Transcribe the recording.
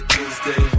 Tuesday